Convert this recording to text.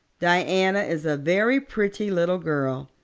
diana is a very pretty little girl.